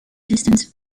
distance